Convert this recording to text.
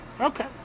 Okay